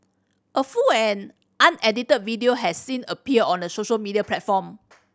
a full and unedited video had since appeared on a social media platform